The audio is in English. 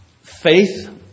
faith